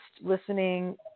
listening